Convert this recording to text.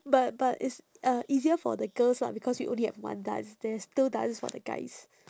but but it's uh easier for the girls lah because we only have one dance there is two dance for the guys